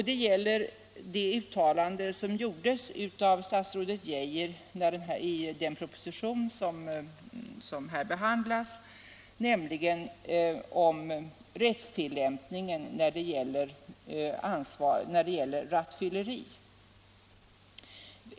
Det gäller det uttalande som gjordes av statsrådet Geijer i den proposition som nu behandlas om rättstillämpningen när det gäller rattfylleri.